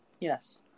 yes